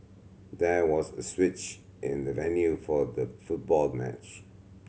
there was a switch in the venue for the football match